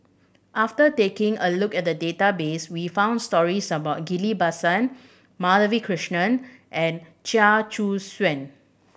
after taking a look at the database we found stories about Ghillie Basan Madhavi Krishnan and Chia Choo Suan